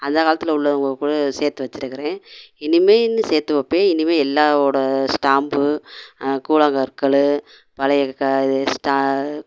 அந்த காலத்தில் உள்ளவங்கக்கூட சேர்த்து வச்சிருக்குறேன் இனிமேல் இன்னும் சேர்த்து வைப்பேன் இனிமேல் எல்லாரோட ஸ்டாம்பு கூலாங்கற்கள் பழைய கால இது ஸ்டா